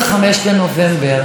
ביום האלימות,